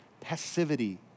passivity